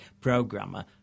programmer